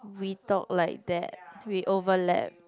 we talk like that we overlapped